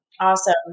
Awesome